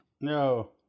No